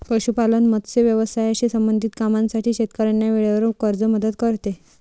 पशुपालन, मत्स्य व्यवसायाशी संबंधित कामांसाठी शेतकऱ्यांना वेळेवर कर्ज मदत करते